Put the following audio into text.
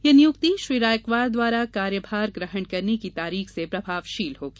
यह नियुक्ति श्री रायकवार द्वारा कार्यभार ग्रहण करने की तारीख से प्रभावशील होगी